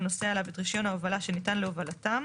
נושא עליו את רישיון ההובלה שניתן להובלתם."